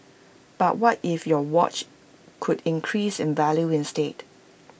but what if your watch could increase in value instead